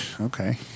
okay